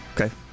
Okay